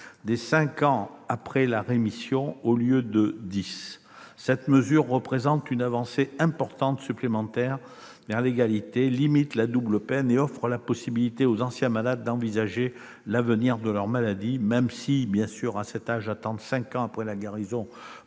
dès cinq ans après la rémission au lieu de dix ans. Cette mesure représente une avancée supplémentaire vers l'égalité, limite la double peine et offre la possibilité aux anciens malades d'envisager l'avenir après leur maladie. Mais, à cet âge, attendre cinq ans après la guérison